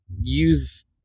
use